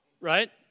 right